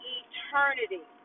eternity